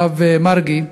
הרב מרגי,